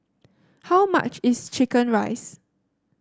how much is chicken rice